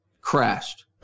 crashed